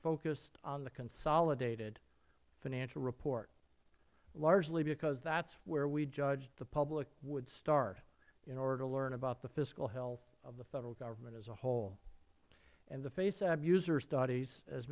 focused on the consolidated financial report largely because that is where we judged the public would start in order to learn about the fiscal health of the federal government as a whole and the fasab user studies as